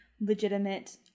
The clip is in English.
legitimate